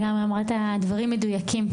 אמרת דברים מדויקים.